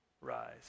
rise